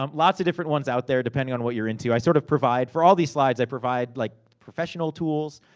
um lots of different ones out there, depending on what you're into. i sort of provide. for all these slides, i provide like professional tools,